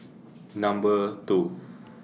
Number two